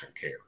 care